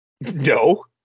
no